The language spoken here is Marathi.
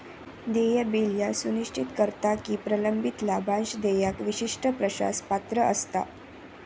देय बिल ह्या सुनिश्चित करता की प्रलंबित लाभांश देयका विशिष्ट पक्षास पात्र असता